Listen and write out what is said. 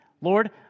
Lord